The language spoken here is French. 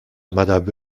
madame